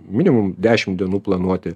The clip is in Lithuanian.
minimum dešim dienų planuoti